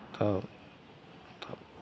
तब तब